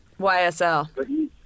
YSL